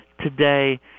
today